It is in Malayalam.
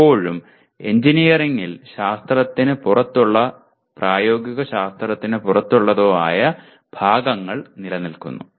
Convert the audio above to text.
അപ്പോഴും എഞ്ചിനീയറിംഗിൽ ശാസ്ത്രത്തിന് പുറത്തുള്ളതോ പ്രായോഗിക ശാസ്ത്രത്തിന് പുറത്തുള്ളതോ ആയ ഭാഗങ്ങൾ നിലനിൽക്കുന്നു